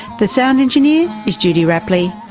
the sound engineer is judy rapley.